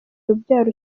urubyaro